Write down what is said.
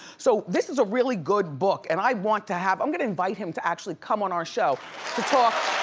so this is a really good book, and i want to have, i'm gonna invite him to actually come on our show to talk